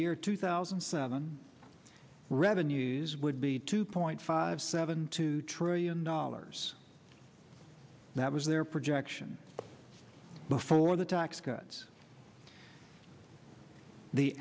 year two thousand and seven revenues would be two point five seven two trillion dollars that was their projection before the tax cuts the